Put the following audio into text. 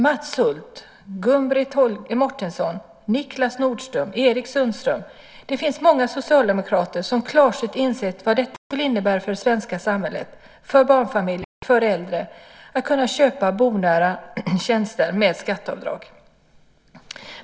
Mats Hulth, Gun-Britt Mårtensson, Niklas Nordström, Eric Sundström, ja, det finns många socialdemokrater som klarsynt insett vad det skulle innebära för det svenska samhället, för barnfamiljer och för äldre, att kunna köpa bonära tjänster med skatteavdrag.